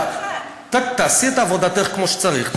תעשי את עבודתך כמו שצריך,